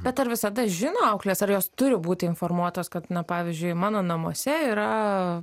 bet ar visada žino auklės ar jos turi būti informuotos kad na pavyzdžiui mano namuose yra